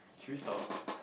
should we stop